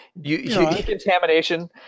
Decontamination